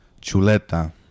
Chuleta